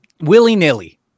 willy-nilly